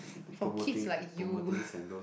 for kids like you